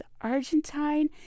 Argentine